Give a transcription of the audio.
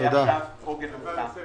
שעוגן רוצה.